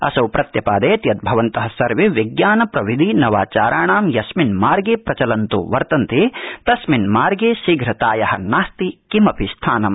असौ प्रत्यपादयत् यत् भवन्तः सर्वे विज्ञान प्रविधि नवाचाराणां यस्मिन् मार्गे प्रचलन्तो वर्तन्तत्त्विस्मिन् मार्गे शीघ्रताया नास्ति किमपि स्थानम्